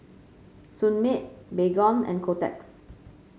Sunmaid Baygon and Kotex